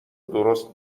درست